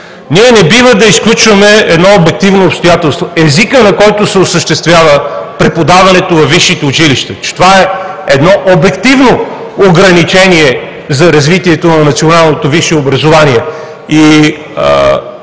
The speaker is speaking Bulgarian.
Ние не бива да изключваме едно обективно обстоятелство – езикът, на който се осъществява преподаването във висшите училища. Това е едно обективно ограничение за развитието на националното висше образование.